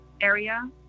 area